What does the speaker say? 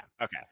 Okay